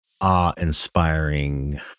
awe-inspiring